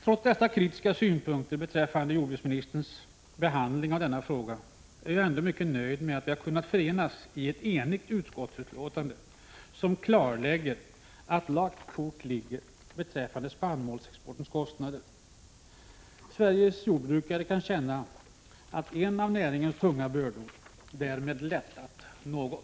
Trots dessa kritiska synpunkter beträffande jordbruksministerns behandling av denna fråga är jag ändå mycket nöjd med att vi har kunnat förenas i ett enigt utskottsbetänkande, vilket klarlägger att lagt kort ligger beträffande spannmålsexportens kostnader. Sveriges jordbrukare kan känna att en av näringens tunga bördor därmed lättat något.